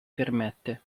permette